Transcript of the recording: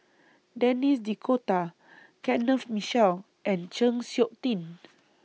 Denis D'Cotta Kenneth Mitchell and Chng Seok Tin